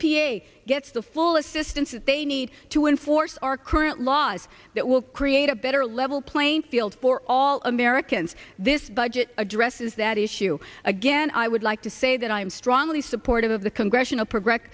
a gets the full assistance that they need to enforce our current laws that will create a better level playing field for all americans this budget addresses that issue again i would like to say that i am strongly supportive of the congressional progress